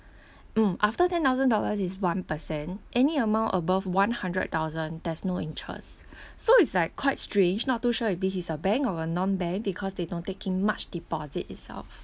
mm after ten thousand dollars is one per cent any amount above one hundred thousand there's no interest so it's like quite strange not too sure if this is a bank or a non bank because they don't take in much deposit itself